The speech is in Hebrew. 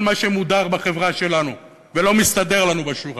כל מי שמודר בחברה שלנו ולא מסתדר לנו בשורה,